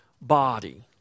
body